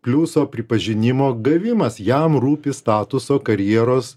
pliuso pripažinimo gavimas jam rūpi statuso karjeros